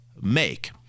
make